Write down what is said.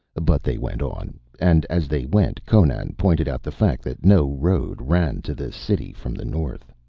but they went on, and as they went conan pointed out the fact that no road ran to the city from the north.